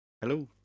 Hello